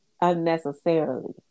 unnecessarily